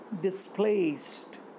displaced